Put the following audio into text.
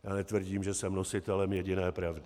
Já netvrdím, že jsem nositelem jediné pravdy.